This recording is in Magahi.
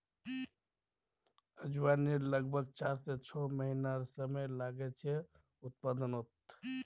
अजवाईन लग्ब्भाग चार से छः महिनार समय लागछे उत्पादनोत